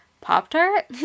Pop-Tart